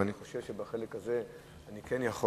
אני חושב שבחלק הזה אני כן יכול